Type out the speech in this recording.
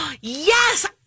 Yes